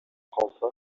калса